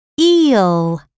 eel